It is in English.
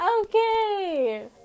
Okay